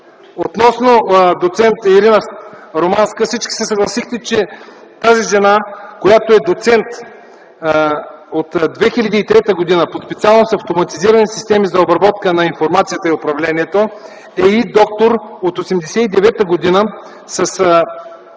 Относно доц. Романска, всички се съгласихте, че тази жена, която е доцент от 2003 г. по специалност „Автоматизирани системи за обработка на информацията и управлението”, е доктор от 1989 г. с